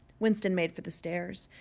winston made for the stairs.